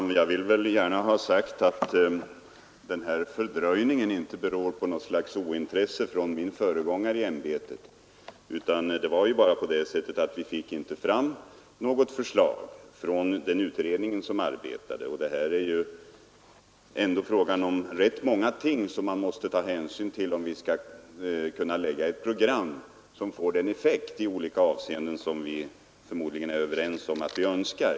Herr talman! Jag vill gärna ha sagt att fördröjningen inte beror på något slags ointresse hos min föregångare i ämbetet. Det var bara på det sättet att vi inte fick fram något förslag från den utredning som arbetade med dessa spörsmål. Här är det ju fråga om att ta hänsyn till rätt många ting om vi skall kunna göra upp ett program som får den effekt i olika avseenden som vi förmodligen är överens om att vi önskar.